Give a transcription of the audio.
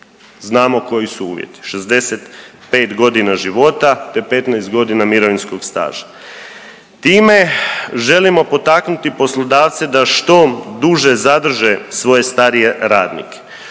Znamo koji su uvjeti 65 godina života te 15 godina mirovinskog staža. Time želimo potaknuti poslodavce da što duže zadrže svoje starije radnike.